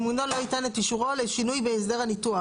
הממונה לא ייתן את אישורו לשינוי בהסדר הניתוח?